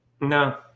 No